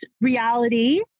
reality